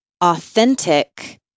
authentic